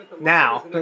Now